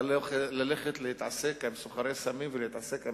ללכת להתעסק עם סוחרי סמים ולהתעסק עם